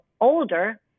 older